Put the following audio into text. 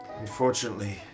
Unfortunately